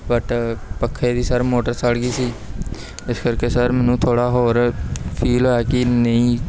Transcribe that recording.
but ਪੱਖੇ ਦੀ sir motor ਸੜ ਗਈ ਸੀ ਇਸ ਕਰਕੇ ਸਰ ਮੈਨੂੰ ਥੋੜ੍ਹਾ ਹੋਰ ਫੀਲ ਹੋਇਆ ਕਿ ਨਹੀਂ